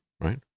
right